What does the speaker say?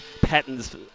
patterns